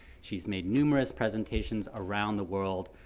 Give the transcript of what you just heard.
she's made numerous presentations around the world